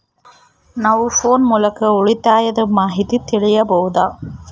ನಾವು ಫೋನ್ ಮೂಲಕ ಉಳಿತಾಯದ ಮಾಹಿತಿ ತಿಳಿಯಬಹುದಾ?